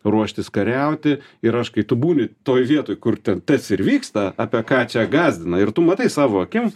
ruoštis kariauti ir aš kai tu būni toj vietoj kur ten tas ir vyksta apie ką čia gąsdina ir tu matai savo akim